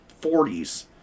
40s